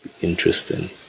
interesting